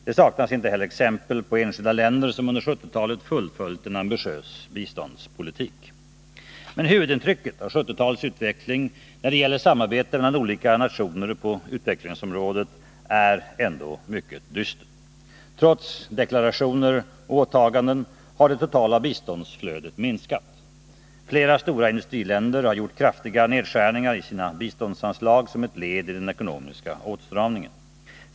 Det saknas inte heller exempel på enskilda länder som under 1970-talet fullföljt en ambitiös biståndspolitik. Men huvudintrycket av 1970-talets utveckling när det gäller samarbete mellan olika nationer på utvecklingsområdet är ändå mycket dystert. Trots deklarationer och åtaganden har det totala biståndsflödet minskat. Flera stora industriländer har gjort kraftiga nedskärningar i sina biståndsanslag som ett led i den ekonomiska åtstramningen.